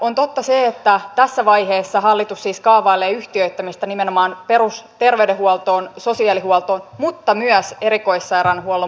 on totta se että tässä vaiheessa hallitus siis kaavailee yhtiöittämistä nimenomaan perusterveydenhuoltoon sosiaalihuoltoon mutta myös erikoissairaanhuollon puolelle